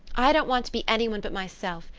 i don't want to be anyone but myself,